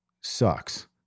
sucks